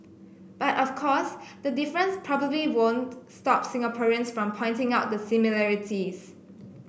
but of course the difference probably won't stop Singaporeans from pointing out the similarities